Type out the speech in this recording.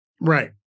Right